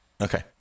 Okay